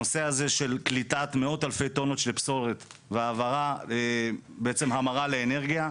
הנושא הזה של קליטת מאות אלפי טונות של פסולת והעברה בעצם המרה לאנרגיה,